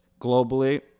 globally